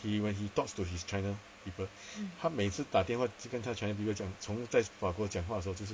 he when he talks to his china people 他每次打电话就跟他 china people 讲从在法国讲话的时候就是